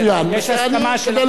יש הסכמה של הממשלה, יש הסכמה של השר.